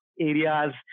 areas